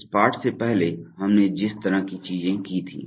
इस पाठ से पहले हमने जिस तरह की चीजें की थीं